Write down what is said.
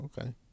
okay